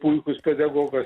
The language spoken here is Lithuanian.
puikus pedagogas